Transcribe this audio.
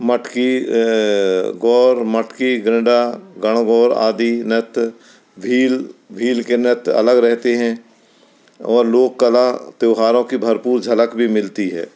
मटकी गौड़ मटकी गरडा गणगौर आदि नृत्य भील भील के नृत्य अलग रहते हैं और लोक कला त्योहारों की भरपूर झलक भी मिलती है